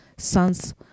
Sons